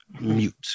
mute